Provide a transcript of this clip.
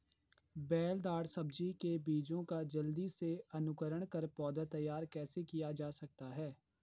बेलदार सब्जी के बीजों का जल्दी से अंकुरण कर पौधा तैयार कैसे किया जा सकता है?